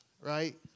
right